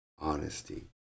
honesty